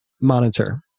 monitor